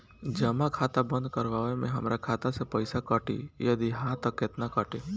जमा खाता बंद करवावे मे हमरा खाता से पईसा भी कटी यदि हा त केतना कटी?